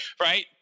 right